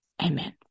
Amen